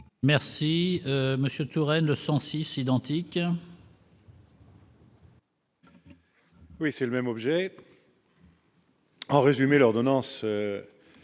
Merci Monsieur Touraine le sens ici identique. Oui, c'est le même objet. En résumé, l'ordonnance